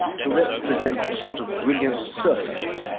tourette's presents a sort of brilliant surface,